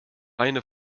eine